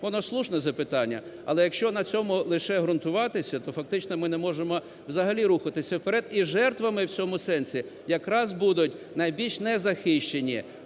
воно слушне запитання. Але якщо на цьому лише ґрунтуватися, то фактично ми не можемо взагалі рухатися вперед, і жертвами в цьому сенсі як раз будуть найбільш незахищені,